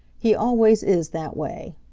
he always is that way.